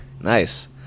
nice